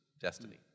destiny